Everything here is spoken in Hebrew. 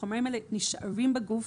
החומרים האלה נשארים בגוף.